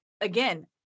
again